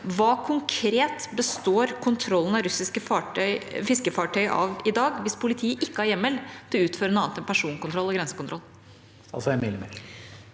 Hva konkret består kontrollen av russiske fiskefartøy av i dag, hvis politiet ikke har hjemmel til å utføre noe annet enn personkontroll og grensekontroll?